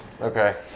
Okay